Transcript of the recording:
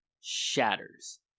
shatters